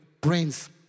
brains